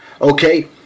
Okay